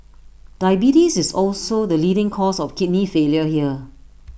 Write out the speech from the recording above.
diabetes is also the leading cause of kidney failure here